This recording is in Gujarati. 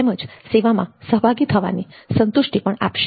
તેમજ સેવામાં સહભાગી થવાની સંતુષ્ટિ પણ આપશે